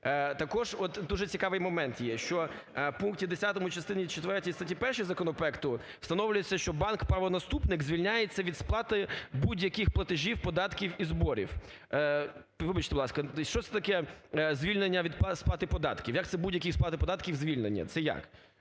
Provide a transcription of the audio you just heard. Також от дуже цікавий момент є, що в пункті 10 частині четвертій статті 1 законопроекту встановлюється, що банк-правонаступник звільняється від сплати будь-яких платежів, податків і зборів. Вибачте, будь ласка, що це таке "звільняється від сплати податків"? Як це: будь-яких сплати податків звільнення? Це як?